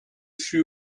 suis